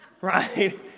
right